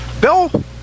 Bill